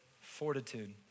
fortitude